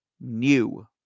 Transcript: new